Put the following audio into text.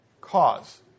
cause